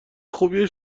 خوبی